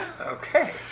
Okay